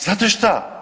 Znate šta?